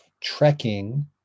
trekking